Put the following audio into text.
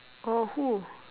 oh who